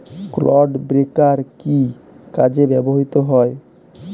Clod breaker কি কাজে ব্যবহৃত হয়?